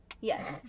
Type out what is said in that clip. Yes